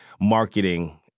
marketing